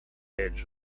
edge